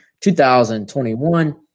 2021